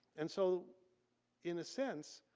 and so in a sense